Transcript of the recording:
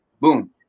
boom